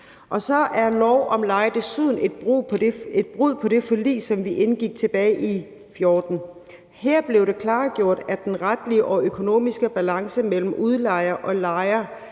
Og så er lov om leje desuden et brud på det forlig, som vi indgik tilbage i 2014. Her blev det klargjort, at den retlige og økonomiske balance mellem udlejer og lejer